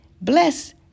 bless